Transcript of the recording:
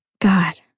God